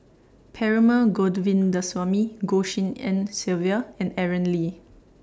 Perumal Govindaswamy Goh Tshin En Sylvia and Aaron Lee